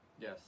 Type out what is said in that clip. Yes